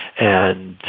and